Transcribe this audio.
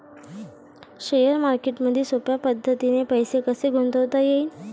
Share मार्केटमधी सोप्या पद्धतीने पैसे कसे गुंतवता येईन?